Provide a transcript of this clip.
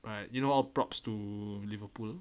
but you know how prouds to liverpool